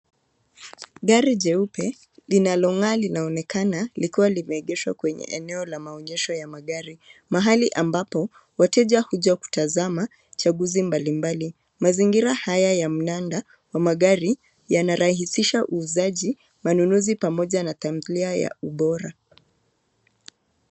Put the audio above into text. Gari jeupe linalong'aa linaonekana likiwa limeegeshwa kwenye eneo la maonyesho ya magari; mahali ambapo wateja huja kutazama chaguzi mbalimbali. Mazingira haya ya mnada wa magari yanarahisisha uuzaji, wanunuzi pamoja na tamthilia ya ubora.